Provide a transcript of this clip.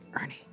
Ernie